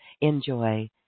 Enjoy